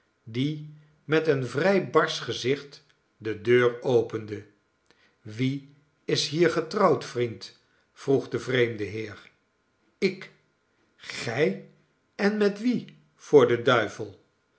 die met een vrij barsch gezicht de deur opende wie is hier getrouwd vriend vroeg de vreemde heer ik gij en met wie voor den duivel